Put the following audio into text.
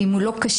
ואם הוא לא כשיר,